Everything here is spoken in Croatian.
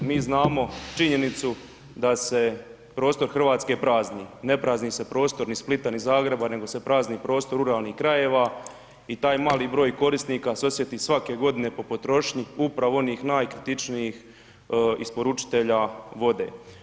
Mi znamo činjenicu da se prostor Hrvatske prazni, ne prazni se prostor ni Splita ni Zagreba nego se prazni prostor ruralnih krajeva i taj mali broj korisnika se osjeti svake godine po potrošnji upravo onih najkritičnijih isporučitelja vode.